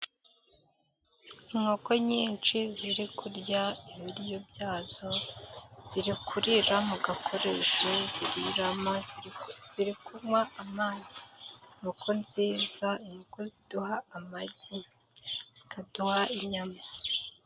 Inkoko nyinshi ziri kurya ibiryo byazo, ziri kurira mugakoresho ziriramo, ziri kunywa amazi. Inkoko nziza, inkoko ziduha amagi, zikaduha inyama.